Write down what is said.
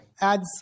ads